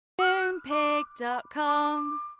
Moonpig.com